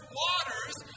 waters